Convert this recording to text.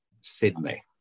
Sydney